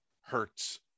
hurts